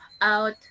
out